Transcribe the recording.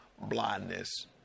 blindness